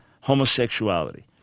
homosexuality